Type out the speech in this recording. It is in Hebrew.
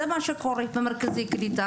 זה מה שקורה במרכזי קליטה,